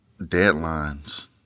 Deadlines